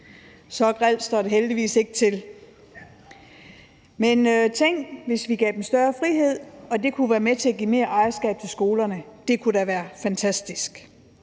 Så grelt står det heldigvis ikke til. Men tænk, hvis vi gav dem større frihed, og at det kunne være med til at give mere ejerskab til skolerne – det kunne da være fantastisk.